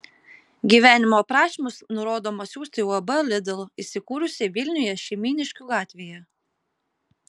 gyvenimo aprašymus nurodoma siųsti uab lidl įsikūrusiai vilniuje šeimyniškių gatvėje